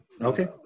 Okay